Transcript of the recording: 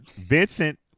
Vincent